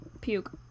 Puke